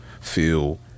feel